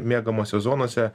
miegamose zonose